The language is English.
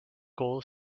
goal